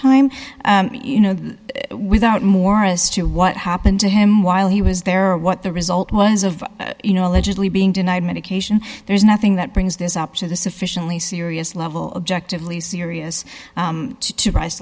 time you know without morris to what happened to him while he was there or what the result was of you know allegedly being denied medication there's nothing that brings this up to the sufficiently serious level objective least serious to price